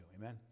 Amen